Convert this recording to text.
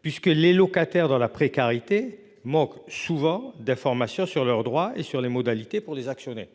puisque les locataires dans la précarité manquent souvent d'information sur leurs droits et sur les modalités pour les actionnaires